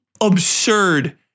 Absurd